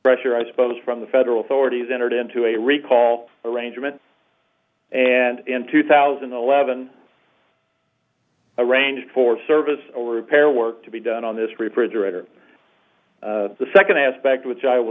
pressure i suppose from the federal authorities entered into a recall arrangement and in two thousand and eleven arranged for service or repair work to be done on this refrigerator the second aspect which i will